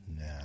Now